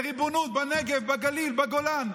לריבונות, בנגב, בגליל, בגולן.